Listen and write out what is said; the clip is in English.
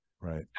Right